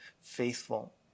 faithful